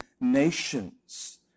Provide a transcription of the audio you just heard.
nations